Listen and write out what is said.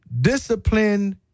Discipline